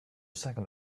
second